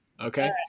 okay